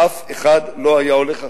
אף אחד לא היה הולך אחריו.